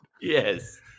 Yes